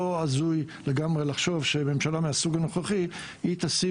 הזוי לגמרי לחשוב שממשלה מהסוג הנוכחי תשים